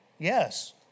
Yes